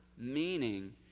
Meaning